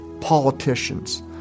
politicians